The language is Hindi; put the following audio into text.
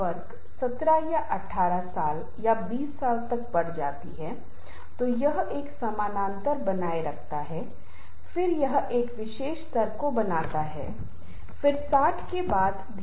व्यक्तिगत संघर्ष इंट्रापर्सनल संघर्ष Intrapersonal conflict बहुत सरल होता है कई बार ऐसा होता है कि हम आंतरिक संघर्ष कर रहे हैं इसका मतलब है कि हम दुविधा की स्थिति में हैं कि हम यह निर्णय नहीं ले पा रहे हैं कि क्या करें और क्या नहीं करें और यह वास्तव में बहुत कठिन हो जाता है